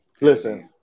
Listen